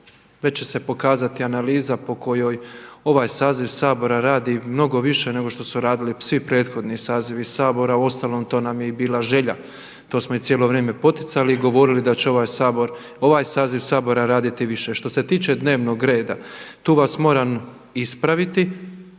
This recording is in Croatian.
već će se pokazati analiza po kojoj ovaj saziv Sabora radi mnogo više nego što su radili svi prethodni sazivi Sabora, uostalom to nam je i bila želja, to smo i cijelo vrijeme poticali i govorili da će ovaj saziv Sabora raditi više. Što se tiče dnevnog reda tu vas moram ispraviti,